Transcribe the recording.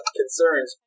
concerns